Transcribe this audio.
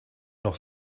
noch